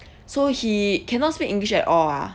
so he cannot speak english at all ah